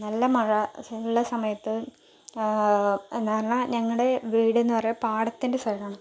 നല്ല മഴ ഉള്ള സമയത്ത് എന്ന് പറഞ്ഞാൽ ഞങ്ങളുടെ വീടിന്ന് പറയാൻ പാടത്തിൻ്റെ സൈഡാണ്